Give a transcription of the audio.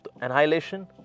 Annihilation